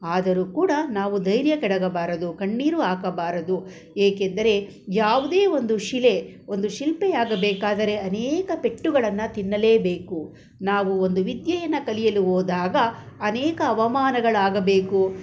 ಆದರೂ ಕೂಡ ನಾವು ಧೈರ್ಯಗೆಡಬಾರದು ಕಣ್ಣೀರು ಹಾಕಬಾರದು ಏಕೆಂದರೆ ಯಾವುದೇ ಒಂದು ಶಿಲೆ ಒಂದು ಶಿಲ್ಪಿ ಆಗಬೇಕಾದರೆ ಅನೇಕ ಪೆಟ್ಟುಗಳನ್ನು ತಿನ್ನಲೇಬೇಕು ನಾವು ಒಂದು ವಿದ್ಯೆಯನ್ನು ಕಲಿಯಲು ಹೋದಾಗ ಅನೇಕ ಅವಮಾನಗಳಾಗಬೇಕು